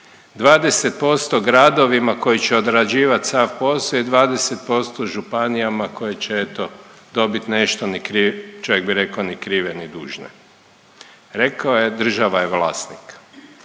20% gradovima koji će odrađivat sav poso i 20% županijama koje će eto dobit nešto, čovjek bi reko ni krive ni dužne, rekao je država je vlasnik.